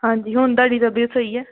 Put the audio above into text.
ਹਾਂਜੀ ਹੁਣ ਤੁਹਾਡੀ ਤਬੀਅਤ ਸਹੀ ਹੈ